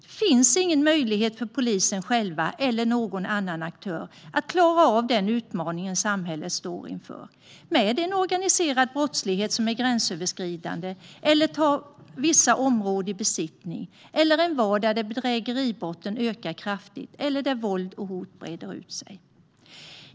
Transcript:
Det finns ingen möjlighet för polisen eller någon annan aktör att själv klara av den utmaning samhället står inför - det är en organiserad brottslighet som är gränsöverskridande eller tar vissa områden i besittning och en vardag där bedrägeribrotten ökar kraftigt eller där våld och hot breder ut sig.